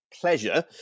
pleasure